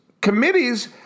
committees